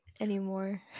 anymore